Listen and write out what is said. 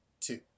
Two